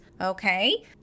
okay